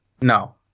No